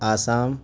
Assam